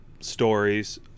stories